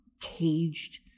caged